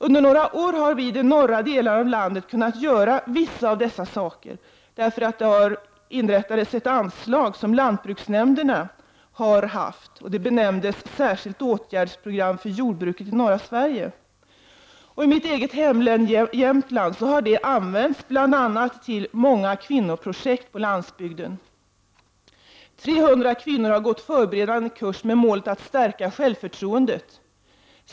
Under några år har vi i de norra delarna av landet kunna göra vissa av dessa saker, eftersom det inrättades ett anslag som lantbruksnämnderna har haft hand om. Det benämndes Särskilt åtgärdsprogram för jordbruket i norra Sverige. I mitt eget hemlän, Jämtlands län, har detta bl.a. används till många kvinnoprojekt på landsbygden. 300 kvinnor har gått förberedande kurs med målet att stärka självförtroendet.